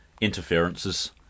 interferences